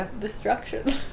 destruction